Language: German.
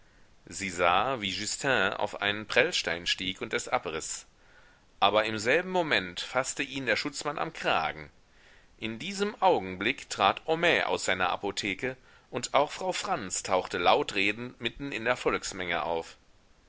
sie sah wie justin auf einen prellstein stieg und es abriß aber im selben moment faßte ihn der schutzmann am kragen in diesem augenblick trat homais aus seiner apotheke und auch frau franz tauchte laut redend mitten in der volksmenge auf